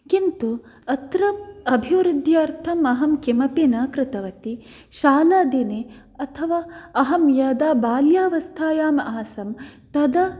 किन्तु अत्र अभिवृद्ध्यर्थम् अहं किमपि न कृतवती शालदिने अथवा अहं यदा बाल्यावस्थायाम् आसं तदा